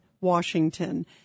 Washington